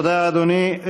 תודה, אדוני.